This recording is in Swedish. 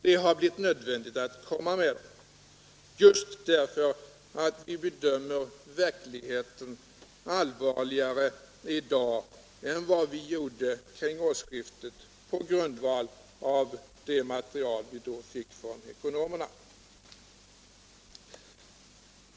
Det har blivit nödvändigt att komma med dem, just därför att vi bedömer verkligheten allvarligare i dag än vi gjorde omkring årsskiftet på grundval av det material vi då fick från ekonomerna.